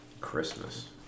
Christmas